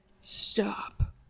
stop